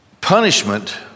punishment